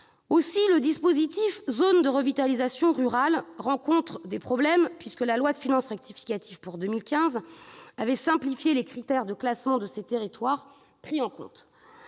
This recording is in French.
dispositif relatif aux zones de revitalisation rurale rencontre des problèmes. La loi de finances rectificative pour 2015 avait simplifié les critères de classement des territoires pris en compte.